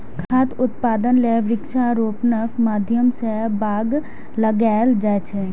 खाद्य उत्पादन लेल वृक्षारोपणक माध्यम सं बाग लगाएल जाए छै